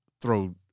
throw